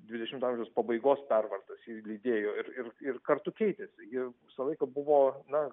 dvidešimto amžiaus pabaigos pervartos ją lydėjo ir ir ir kartu keitėsi ji visą laiką buvo na